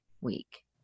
week